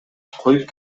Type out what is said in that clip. коюп